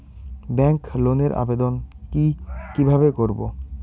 Bank লোনের আবেদন কি কিভাবে করব?